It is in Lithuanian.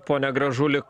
pone gražuli